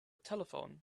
telephone